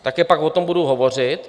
Také pak o tom budu hovořit.